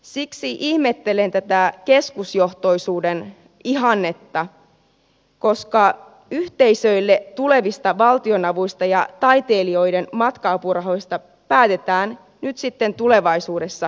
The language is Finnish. siksi ihmettelen tätä keskusjohtoisuuden ihannetta koska yhteisöille tulevista valtionavuista ja taitelijoiden matka apurahoista päätetään nyt sitten tulevaisuudessa keskusjohtoisesti